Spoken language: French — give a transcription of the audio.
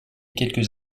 quelques